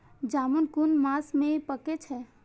जामून कुन मास में पाके छै?